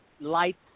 lights